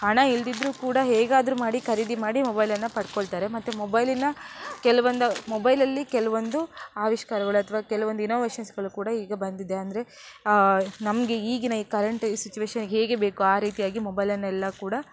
ಹಣ ಇಲ್ಲದಿದ್ರು ಕೂಡ ಹೇಗಾದರು ಮಾಡಿ ಖರೀದಿ ಮಾಡಿ ಮೊಬೈಲನ್ನು ಪಡ್ಕೊಳ್ತಾರೆ ಮತ್ತು ಮೊಬೈಲಿನ ಕೆಲವೊಂದು ಮೊಬೈಲಲ್ಲಿ ಕೆಲವೊಂದು ಆವಿಷ್ಕಾರಗಳು ಅಥವಾ ಕೆಲವೊಂದು ಇನೊವೇಶನ್ಸ್ಗಳು ಕೂಡ ಈಗ ಬಂದಿದೆ ಅಂದರೆ ನಮಗೆ ಈಗಿನ ಈ ಕರೆಂಟ್ ಈ ಸಿಚುವೇಶನಿಗೆ ಹೇಗೆ ಬೇಕೋ ಆ ರೀತಿಯಾಗಿ ಮೊಬೈಲನ್ನೆಲ್ಲ ಕೂಡ